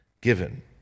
given